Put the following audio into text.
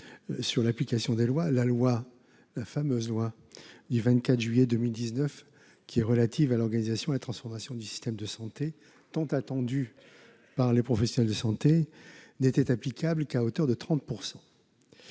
sur l'application des lois, la fameuse loi du 24 juillet 2019 relative à l'organisation et à la transformation du système de santé, dite « loi OTSS », tant attendue par les professionnels de santé, n'était applicable qu'à hauteur de 30 %.